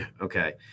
Okay